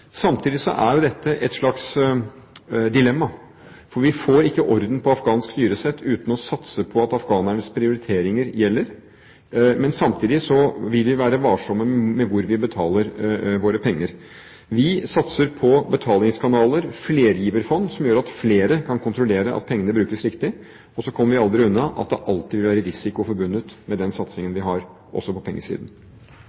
Samtidig er jo dette et slags dilemma. Vi får ikke orden på afghansk styresett uten å satse på at afghanernes prioriteringer gjelder, men vi vil være varsomme med hvor vi betaler våre penger. Vi satser på betalingskanaler, flergiverfond, som gjør at flere kan kontrollere at pengene brukes riktig. Så kommer vi aldri unna at det alltid vil være risiko forbundet med den satsingen